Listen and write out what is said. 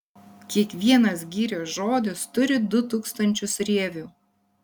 kiekvienas girios žodis turi du tūkstančius rievių